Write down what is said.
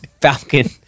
Falcon